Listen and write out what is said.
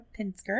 Pinsker